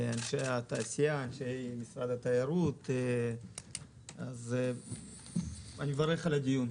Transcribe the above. אנשי התעשייה, משרד התיירות, אני מברך על הדיון.